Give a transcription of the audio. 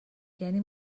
یعنی